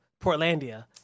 Portlandia